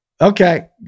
Okay